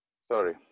Sorry